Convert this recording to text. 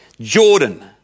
Jordan